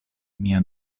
mia